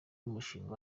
umushinga